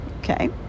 okay